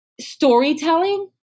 storytelling